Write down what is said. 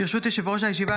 ברשות יושב-ראש הישיבה,